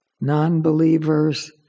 non-believers